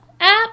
app